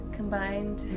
combined